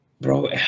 bro